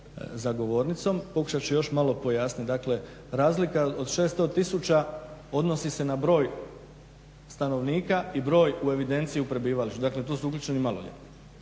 za govornicom. Pokušat ću još malo pojasniti. Dakle, razlika od 600 tisuća odnosi se na broj stanovnika i broj u evidenciji o prebivalištu. Dakle, tu su uključeni i maloljetni.